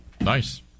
Nice